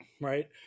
Right